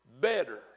better